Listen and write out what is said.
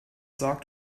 sagt